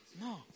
No